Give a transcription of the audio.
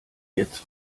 jetzt